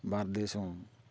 భారతదేశం